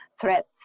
threats